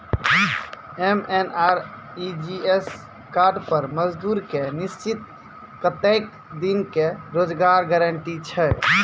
MNREGA card पर मजदुर के निश्चित कत्तेक दिन के रोजगार गारंटी छै?